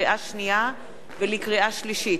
לקריאה שנייה ולקריאה שלישית: